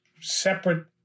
separate